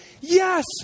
Yes